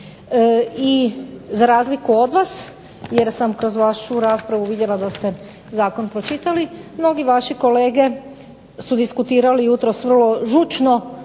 I za razliku od vas, jer sam kroz vašu raspravu vidjela da ste zakon pročitali, mnogi vaši kolege su diskutirali jutros vrlo žučno,